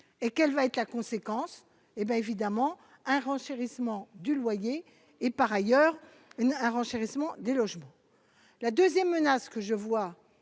et quelle va être la conséquence, hé bien évidemment un renchérissement du loyer et par ailleurs un renchérissement des logements, la 2ème menace ce que je vois